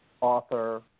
author